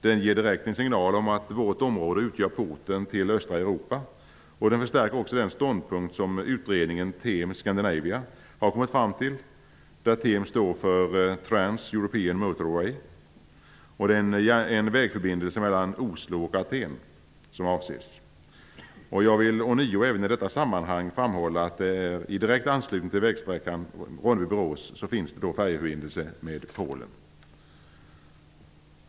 Den ger direkt en signal om att vårt område utgör porten till östra Europa, och den förstärker också den ståndpunkt som utredningen TEM Scandinavia har kommit fram till. TEM står för Trans European Motorway. Det är en vägförbindelse mellan Oslo och Aten som avses. Jag vill ånyo även i detta sammanhang framhålla att det i direkt anslutning till vägsträckan Ronneby--Borås finns färjeförbindelse med Polen.